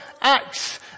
Acts